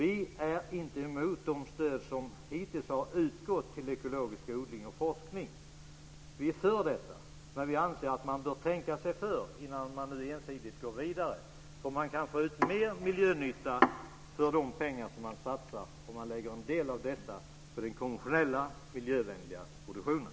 Vi är inte emot de stöd som hittills har utgått till ekologisk odling och forskning. Vi är för detta. Men vi anser att man bör tänka sig för innan man ensidigt går vidare. Man kan få ut mer miljönytta för de pengar som man satsar om man lägger en del av dem på den konventionella miljövänliga produktionen.